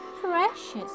precious